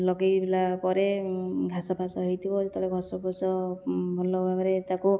ଲଗାଇଲା ପରେ ଘାସ ଫାସ ହୋଇଥିବ ଯେତେବେଳେ ଘାସ ଫାସ ଭଲ ଭାବରେ ତାକୁ